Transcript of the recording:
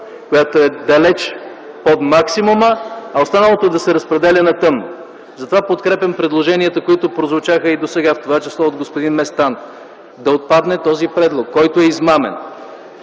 която е далеч под максимума, а останалото да се разпределя на тъмно. Затова подкрепям предложенията, които прозвучаха и до сега, в това число и от господин Местан – да отпадне този предлог, който е измамен